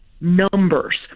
numbers